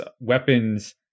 weapons